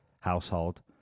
household